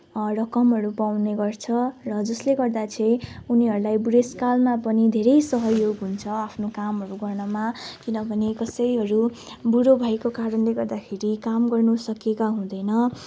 रकमहरू पाउने गर्छ जसले गर्दा चाहिँ उनीहरूलाई बुढेसकालमा पनि धेरै सहयोग हुन्छ आफ्नो कामहरू गर्नमा किनभने कसैहरू बुढो भएको कारणले गर्दाखेरि काम गर्नु सकेका हुँदैन